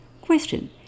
Question